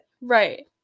Right